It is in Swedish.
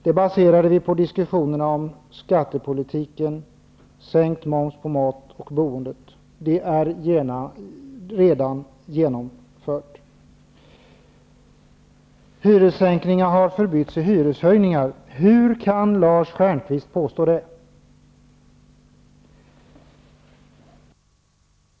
Vi baserade det löftet på diskussionerna om skattepolitiken, en sänkning av momsen på mat och boendet. Det är redan genomfört. Lars Stjernkvist säger att hyressänkningar har förbytts i hyreshöjningar. Hur kan han påstå det?